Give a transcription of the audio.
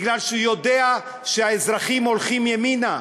מפני שהוא יודע שהאזרחים הולכים ימינה.